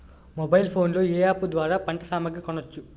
Mobile phone లో ఏ app ద్వారా పంట సామాగ్రి కొనచ్చు?